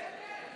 כן.